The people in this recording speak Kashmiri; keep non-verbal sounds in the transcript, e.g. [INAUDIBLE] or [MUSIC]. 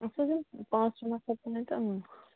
حظ حظ یِن [UNINTELLIGIBLE] نفر تہٕ